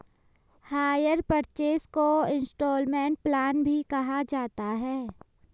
higher purchase को instalment plan भी कहा जाता है